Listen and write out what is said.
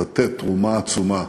לתת תרומה עצומה,